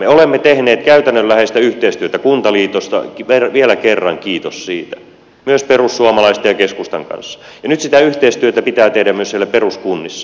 me olemme tehneet käytännönläheistä yhteistyötä kuntaliitossa vielä kerran kiitos siitä myös perussuomalaisten ja keskustan kanssa ja nyt sitä yhteistyötä pitää tehdä myös siellä peruskunnissa siellä kotikunnissa